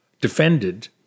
defended